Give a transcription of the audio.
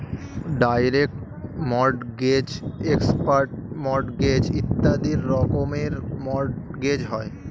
direct mortgage, expert mortgage ইত্যাদি রকমের mortgage হয়